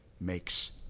makes